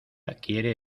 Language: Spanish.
quiere